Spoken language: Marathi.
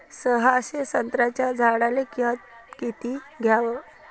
सहाशे संत्र्याच्या झाडायले खत किती घ्याव?